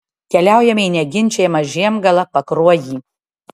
keliaujame į neginčijamą žiemgalą pakruojį